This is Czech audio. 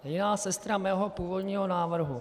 Jiná sestra mého původního návrhu.